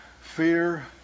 fear